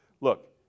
Look